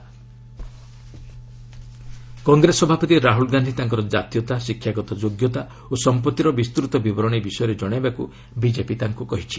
BJP Rahul Congress ସଭାପତି ରାହୁଲ ଗାନ୍ଧି ତାଙ୍କର କାତୀୟତା ଶିକ୍ଷାଗତ ଯୋଗ୍ୟତା ଓ ସମ୍ପଭିର ବିସ୍ତୃତ ବିବରଣୀ ବିଷୟରେ ଜଣାଇବାକୁ ବିଜେପି ତାଙ୍କୁ କହିଛି